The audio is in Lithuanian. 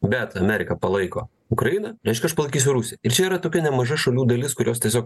bet amerika palaiko ukrainą reiškia aš palaikysiu rusiją ir čia yra tokia nemaža šalių dalis kurios tiesiog